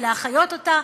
ולהחיות אותה,